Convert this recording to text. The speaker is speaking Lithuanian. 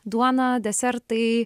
duona desertai